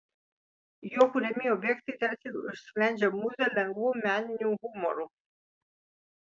jo kuriami objektai tarsi užsklendžia mūzą lengvu meniniu humoru